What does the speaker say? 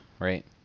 right